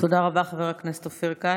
תודה רבה, חבר הכנסת אופיר כץ.